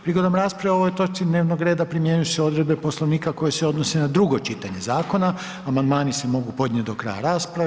Prigodom rasprave o ovoj točci dnevnog reda primjenjuju se odredbe Poslovnika koje se odnose na drugo čitanje zakona, a amandmani se mogu podnositi do kraja rasprave.